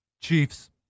Chiefs